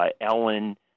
Ellen